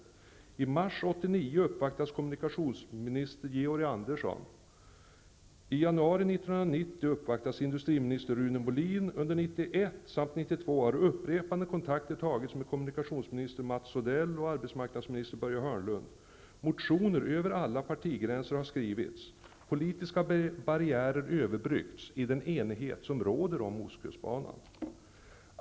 I mars 1989 uppvaktades kommunikationsminister Georg Andersson. I Molin. 1991 samt 1992 har vid upprepade tillfällen kontakter tagits med kommunikationsminister Hörnlund. Motioner har skrivits över alla partigränser. Politiska barriärer har överbryggts genom den enighet som råder om Ostkustbanan.